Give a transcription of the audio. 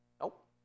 Nope